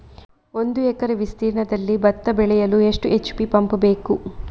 ಒಂದುಎಕರೆ ವಿಸ್ತೀರ್ಣದಲ್ಲಿ ಭತ್ತ ಬೆಳೆಯಲು ಎಷ್ಟು ಎಚ್.ಪಿ ಪಂಪ್ ಬೇಕು?